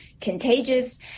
contagious